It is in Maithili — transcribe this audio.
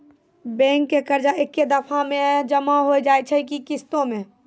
बैंक के कर्जा ऐकै दफ़ा मे जमा होय छै कि किस्तो मे?